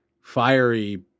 fiery